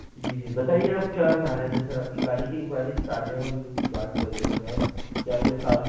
जी जी बताइए आप क्या चाह रहे थे सर आपकी गाड़ी की इन्क्वाइरी थी कार्निवल की बात कर रहे थे आप आप